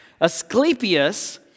Asclepius